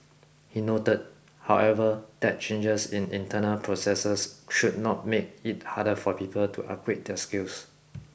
he noted however that changes in internal processes should not make it harder for people to upgrade their skills